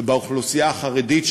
ובאוכלוסייה החרדית,